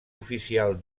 oficial